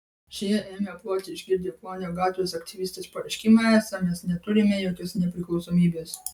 šie ėmė ploti išgirdę klonio gatvės aktyvistės pareiškimą esą mes neturime jokios nepriklausomybės